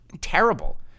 terrible